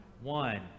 One